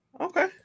Okay